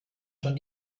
schon